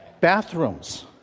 bathrooms